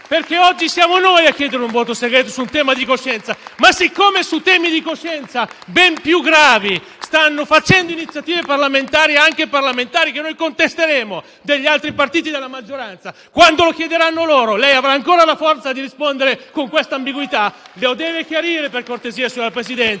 tutti. Oggi siamo noi a chiedere un voto segreto su un tema di coscienza. Ma, siccome su temi di coscienza ben più gravi stanno facendo iniziative anche alcuni parlamentari, che noi contesteremo, degli altri partiti della maggioranza, quando lo chiederanno loro, lei avrà ancora la forza di rispondere con la stessa ambiguità? *(Applausi dai Gruppi* *PD e